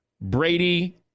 Brady